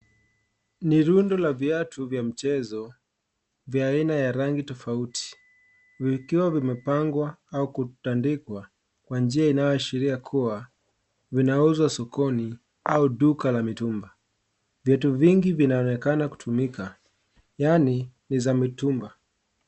NI rundu la viatu vya mchezo vya aina ya rangi tofauti vikiwa vimepangwa au kutandikwa Kwa njia inayoashiria kuwa vinauzwa sokoni au duka la mitumba. Viatu vingi vinaonekana kutumika yaani ni za mitumba.